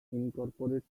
incorporate